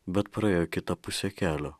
bet praėjo kita puse kelio